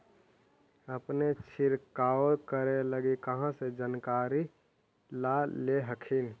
अपने छीरकाऔ करे लगी कहा से जानकारीया ले हखिन?